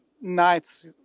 nights